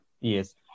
yes